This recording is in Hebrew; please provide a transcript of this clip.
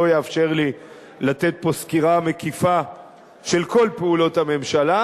לא יאפשר לי לתת פה סקירה מקיפה של כל פעולות הממשלה,